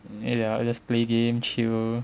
and ya just play game chill